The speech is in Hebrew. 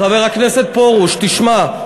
חבר הכנסת פרוש, תשמע.